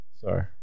Sorry